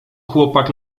chłopak